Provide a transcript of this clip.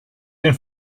den